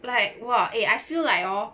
like !wah! eh I feel like hor